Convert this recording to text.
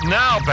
now